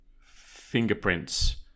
fingerprints